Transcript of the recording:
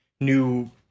new